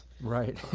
Right